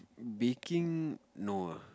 baking no ah